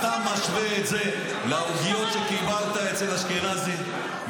אתה משווה את זה לערבויות שקיבלת אצל אשכנזי,